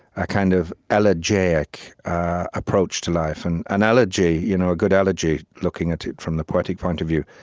a kind of elegiac approach to life. and an elegy, you know a good elegy, looking at it from the poetic point of view,